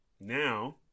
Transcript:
Now